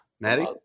Maddie